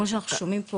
כמו שאנחנו שומעים פה,